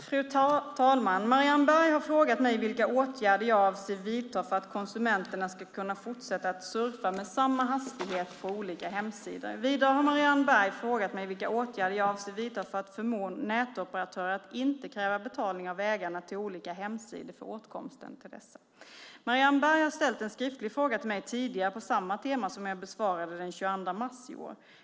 Fru talman! Marianne Berg har frågat mig vilka åtgärder jag avser att vidta för att konsumenterna ska kunna fortsätta att surfa med samma hastighet på olika hemsidor. Vidare har Marianne Berg frågat mig vilka åtgärder jag avser att vidta för att förmå nätoperatörer att inte kräva betalning av ägarna till olika hemsidor för åtkomsten till dessa. Marianne Berg har ställt en skriftlig fråga till mig tidigare på samma tema som jag besvarade den 22 mars i år.